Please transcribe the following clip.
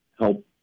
help